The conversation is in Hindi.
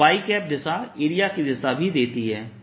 यहां y दिशा एरिया की दिशा भी देती है